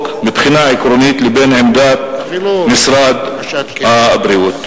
מבחינה עקרונית לבין עמדת משרד הבריאות.